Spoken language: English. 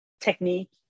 technique